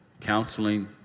Counseling